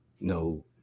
no